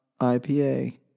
IPA